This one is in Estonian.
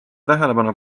tähelepanu